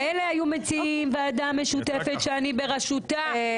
מילא היו מציעים ועדה משותפת שאני בראשותה.